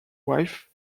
wife